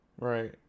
Right